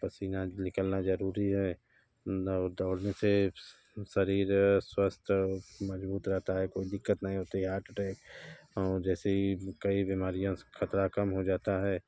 पसीना निकलना ज़रूरी है दौड़ने से शरीर स्वस्थ मज़बूत रहता है कोई दिक्कत नहीं होती है हार्ट अटैक जैसी कई बीमारी का ख़तरा कम हो जाता है